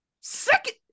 Second